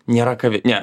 nėra ką ve ne